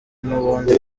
n’ubundi